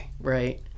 Right